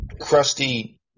crusty